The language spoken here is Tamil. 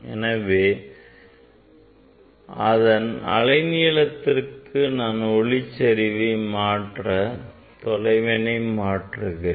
எனவே இந்த அலை நீளத்திற்கு நான் ஒளிச்செறிவை மாற்ற தொலைவினை மாற்றுகிறேன்